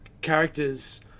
characters